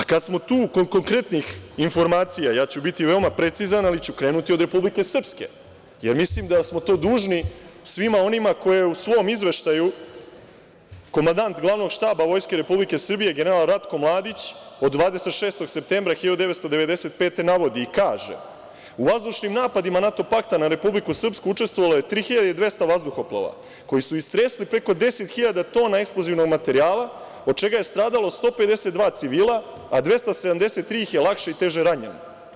A kad smo tu, kod konkretnih informacija, ja ću biti veoma precizan, ali ću krenuti od Republike Srpske, jer mislim da smo to dužni svima onima koje u svom izveštaju komandant glavnog štaba Vojske Republike Srbije, general Ratko Mladić, od 26. septembra 1995. godine navodi i kaže: „U vazdušnim napadima NATO pakta na Republiku Srpsku učestvovalo je 3.200 vazduhoplova koji su istresli preko 10 hiljada tona eksplozivnog materijala, od čega je stradalo 152 civila a 273 ih je lakše i teže ranjeno.